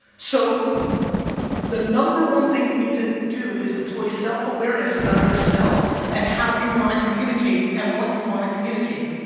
so the number one thing you need to do is deploy self awareness about yourself and how you want to communicate and what you want to communicate?